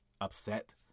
upset